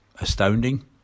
astounding